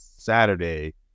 Saturday